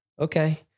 okay